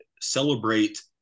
celebrate